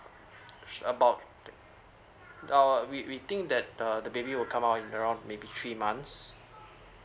sh~ about our we we think that uh the baby will come out in around maybe three months